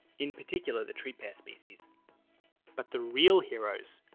in particular the tree pear species but the real heroes,